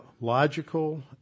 logical